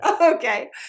Okay